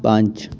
पाँच